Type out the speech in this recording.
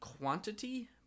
quantity